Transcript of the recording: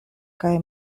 kaj